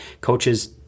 coaches